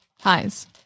Highs